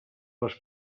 les